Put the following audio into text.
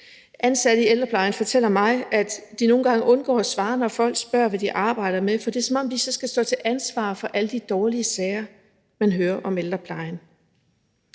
Ansatte i ældreplejen fortæller mig, at de nogle gange undgår at svare, når folk spørger, hvad de arbejder med, for det er, som om de så skal stå til ansvar for alle de dårlige sager, man hører om ældreplejen.